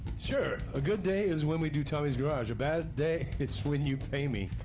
sure. a good day is when we do tommy's garage. a bad day is when you pay me.